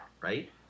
right